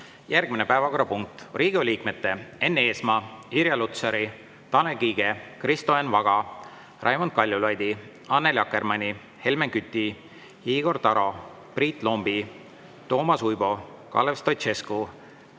järgmine päevakorrapunkt: Riigikogu liikmete Enn Eesmaa, Irja Lutsari, Tanel Kiige, Kristo Enn Vaga, Raimond Kaljulaidi, Annely Akkermanni, Helmen Küti, Igor Taro, Priit Lombi, Toomas Uibo, Kalev Stoicescu,